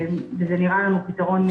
וזה נראה לנו פתרון הולם.